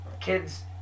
kids